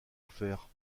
offert